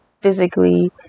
physically